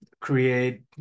create